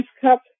Cup